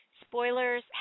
spoilers